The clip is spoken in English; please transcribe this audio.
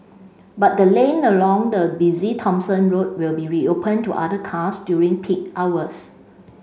but the lane along the busy Thomson Road will be reopened to other cars during peak hours